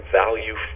value